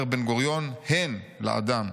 אומר בן-גוריון 'הן'/ לאדם,